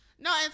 No